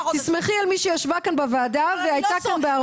תסמכי על מי שישבה כאן בוועדה והייתה כאן בהרבה.